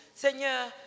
Seigneur